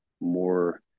more